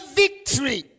victory